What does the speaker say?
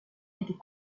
était